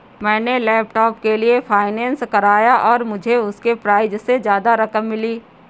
मैंने लैपटॉप के लिए फाइनेंस कराया और मुझे उसके प्राइज से ज्यादा रकम मिली